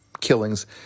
killings